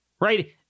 Right